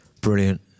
Brilliant